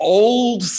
old